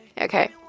Okay